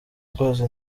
rwose